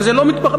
וזה לא מתבצע.